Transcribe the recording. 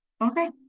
Okay